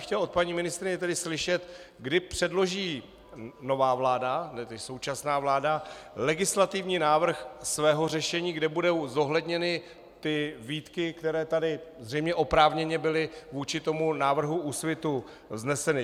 Chtěl bych tedy od paní ministryně slyšet, kdy předloží nová vláda, současná vláda, legislativní návrh svého řešení, kde budou zohledněny výtky, které tady zřejmě oprávněně byly vůči návrhu Úsvitu vzneseny.